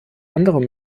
andere